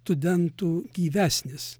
tudentų gyvesnis